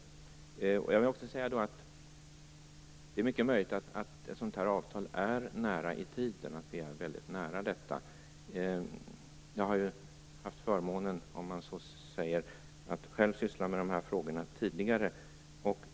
Det är mycket möjligt att ett sådant avtal är nära i tiden. Jag har haft förmånen, om man så säger, att själv syssla med sådana frågor tidigare.